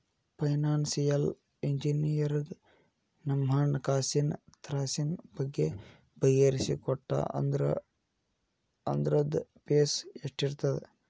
Financial ಇಂಜಿನಿಯರಗ ನಮ್ಹಣ್ಕಾಸಿನ್ ತ್ರಾಸಿನ್ ಬಗ್ಗೆ ಬಗಿಹರಿಸಿಕೊಟ್ಟಾ ಅಂದ್ರ ಅದ್ರ್ದ್ ಫೇಸ್ ಎಷ್ಟಿರ್ತದ?